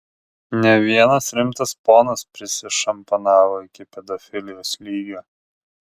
ne vienas rimtas ponas prisišampanavo iki pedofilijos lygio